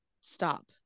stop